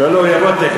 לא, לא, הוא יבוא תכף,